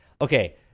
Okay